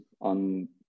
on